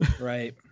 Right